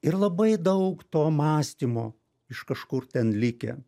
ir labai daug to mąstymo iš kažkur ten likę